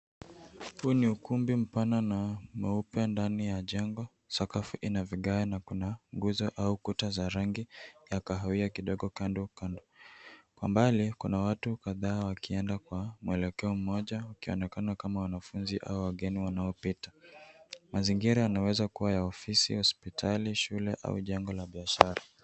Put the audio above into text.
Huu ni ukumbi mpana na mweupe ndani ya jengo. Sakafu ina vigae na kuna nguzo au kuta za rangi ya kahawia kandokando. Kwa mbali kuna watu kadhaa wakienda kwa muelekeo moja wakionekana kama wanafunzi au wageni wanaopita. Mazingira yanaweza kuwa ya ofisi, hospitali, shule au jengo la biashara.